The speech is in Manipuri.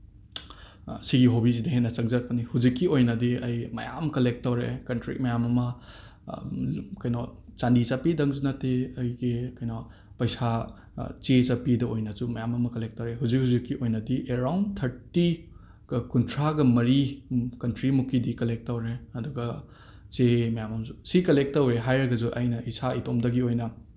ꯁꯤꯒꯤ ꯍꯣꯕꯤꯁꯤꯗ ꯍꯦꯟꯅ ꯆꯪꯖꯔꯛꯄꯅꯤ ꯍꯧꯖꯤꯛꯀꯤ ꯑꯣꯏꯅꯗꯤ ꯑꯩ ꯃꯌꯥꯝ ꯀꯂꯦꯛ ꯇꯧꯔꯛꯑꯦ ꯀꯟꯇ꯭ꯔꯤ ꯃꯌꯥꯝ ꯑꯃ ꯀꯩꯅꯣ ꯆꯥꯟꯗꯤ ꯆꯞꯄꯤꯗꯪꯁꯨ ꯅꯠꯇꯦ ꯑꯩꯒꯤ ꯀꯩꯅꯣ ꯄꯩꯁꯥ ꯆꯦ ꯆꯞꯄꯤꯗꯨ ꯑꯣꯏꯅꯁꯨ ꯃꯌꯥꯝ ꯑꯃ ꯀꯂꯦꯛ ꯇꯧꯔꯦ ꯍꯧꯖꯤꯛ ꯍꯧꯖꯤꯛꯀꯤ ꯑꯣꯏꯅꯗꯤ ꯑꯦꯔꯥꯎꯟ ꯊꯥꯔꯇꯤꯒ ꯀꯨꯟꯊ꯭ꯔꯥꯒ ꯃꯔꯤ ꯀꯟꯇ꯭ꯔꯤꯃꯨꯛꯀꯤꯗꯤ ꯀꯂꯦꯛ ꯇꯧꯔꯦ ꯑꯗꯨꯒ ꯆꯦ ꯃꯌꯥꯝ ꯑꯃꯁꯨ ꯁꯤ ꯀꯂꯦꯛ ꯇꯧꯔꯦ ꯍꯥꯏꯔꯒꯁꯨ ꯑꯩꯅ ꯏꯁꯥ ꯏꯇꯣꯝꯇꯒꯤ ꯑꯣꯏꯅ